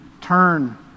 turn